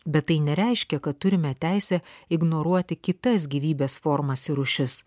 bet tai nereiškia kad turime teisę ignoruoti kitas gyvybės formas ir rūšis